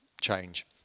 change